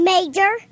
Major